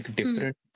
different